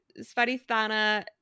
svarithana